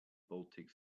baltic